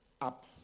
up